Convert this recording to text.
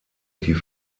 die